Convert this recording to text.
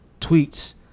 tweets